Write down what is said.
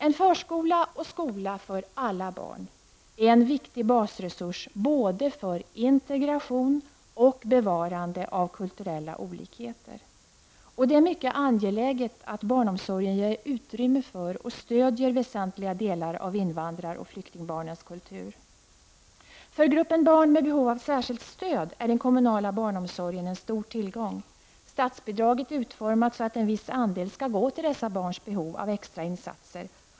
En förskola och en skola för alla barn är en viktig basresurs för både integration och bevarande av kulturella olikheter. Det är mycket angeläget att barnomsorgen ger utrymme för och stödjer väsentliga delar av invandrar och flyktingbarnens kultur. För gruppen barn med behov av särskilt stöd är den kommunala barnomsorgen en stor tillgång. Statsbidraget är utformat så att en viss andel skall gå till dessa barns behov av extra insatser.